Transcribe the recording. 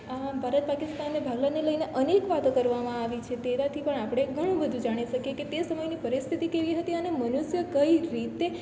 ભારત પાકિસ્તાનને ભાગલાને લઈને અનેક વાતો કરવામાં આવી છે તેનાથી પણ આપણે ઘણુંબધું જાણી શકીએ કે તે સમયની પરિસ્થિતિ કેવી હતી અને મનુષ્ય કઈ રીતે